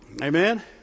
amen